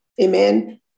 amen